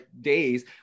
days